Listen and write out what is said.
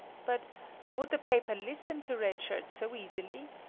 but would the paper listen to red shirt so easily?